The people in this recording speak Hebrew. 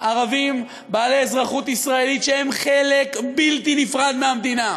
ערבים בעלי אזרחות ישראלית שהם חלק בלתי נפרד מהמדינה,